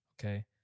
Okay